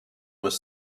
was